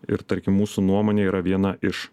ir tarkim mūsų nuomonė yra viena iš